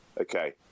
Okay